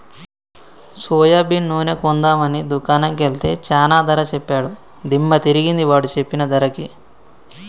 soybean నూనె కొందాం అని దుకాణం కెల్తే చానా ధర సెప్పాడు దిమ్మ దిరిగింది వాడు సెప్పిన ధరకి